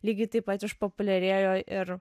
lygiai taip pat išpopuliarėjo ir